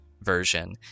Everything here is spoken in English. version